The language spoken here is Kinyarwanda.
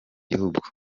gihugu